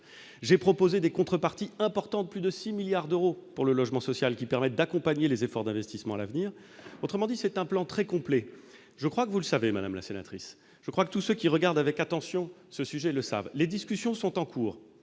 J'ai proposé des contreparties importantes : plus de 6 milliards d'euros pour le logement social ! Cette somme permettrait d'accompagner les efforts d'investissements à l'avenir. Autrement dit, notre plan est très complet, et je crois que vous le savez, madame la sénatrice. Je crois que tous ceux qui regardent ce sujet avec attention le savent. Les discussions sont en cours